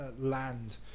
land